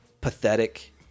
pathetic